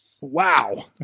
Wow